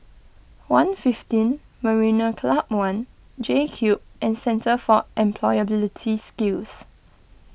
one fifteen Marina Club one JCube and Centre for Employability Skills